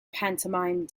pantomime